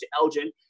Elgin